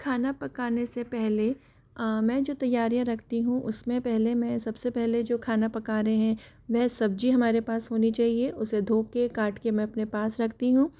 खाना पकाने से पहले मैं जो तैयारियां रखती हूँ उसमें पहले मैं सबसे पहले जो खाना पका रहे हैं वह सब्जी हमारे पास होनी चाहिए उसे धो कर काट कर मैं अपने पास रखती हूँ